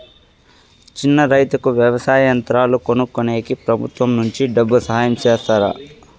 చిన్న రైతుకు వ్యవసాయ యంత్రాలు కొనుక్కునేకి ప్రభుత్వం నుంచి డబ్బు సహాయం చేస్తారా?